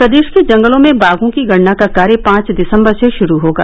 प्रदेश के जंगलों में बाघों की गणना का कार्य पांच दिसंबर से शुरू होगा